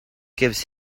gives